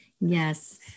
Yes